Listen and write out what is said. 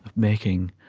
making,